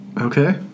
okay